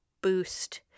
boost